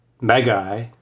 Magi